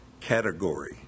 category